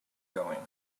going